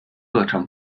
课程